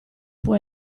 può